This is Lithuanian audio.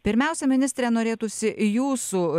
pirmiausia ministre norėtųsi jūsų